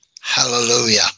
hallelujah